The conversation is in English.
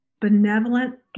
benevolent